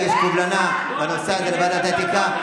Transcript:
שיגיש קובלנה בנושא הזה לוועדת האתיקה,